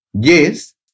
Yes